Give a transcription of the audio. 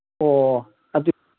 ꯑꯣ ꯑꯗꯨ